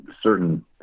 certain